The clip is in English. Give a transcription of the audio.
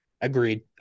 Agreed